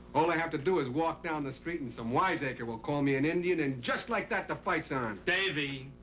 all l have to do is walk down the street, and some wiseacre will call me an indian, and, just like that, the fight's on. davey,